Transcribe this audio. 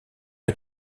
est